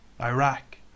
Iraq